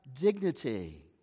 dignity